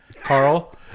carl